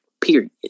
period